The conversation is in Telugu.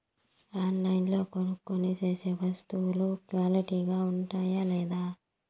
ఆన్లైన్లో కొనుక్కొనే సేసే వస్తువులు క్వాలిటీ గా ఉండాయా లేదా?